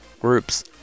groups